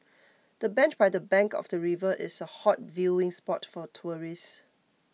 the bench by the bank of the river is a hot viewing spot for tourists